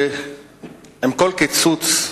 עם כל קיצוץ,